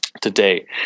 today